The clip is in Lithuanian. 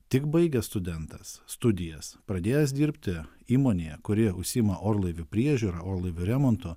tik baigęs studentas studijas pradėjęs dirbti įmonėje kuri užsiima orlaivių priežiūra orlaivių remontu